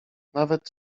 nawet